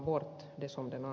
herr talman